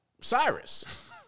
Cyrus